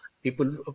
People